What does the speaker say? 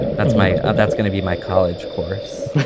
that's my ah that's gonna be my college course